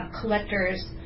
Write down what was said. collectors